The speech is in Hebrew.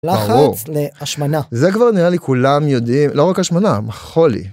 לחץ להשמנה. זה כבר נראה לי כולם יודעים, לא רק השמנה, חולי.